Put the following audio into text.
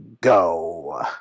go